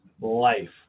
life